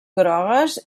grogues